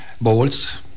bolts